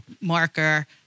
marker